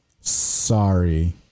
Sorry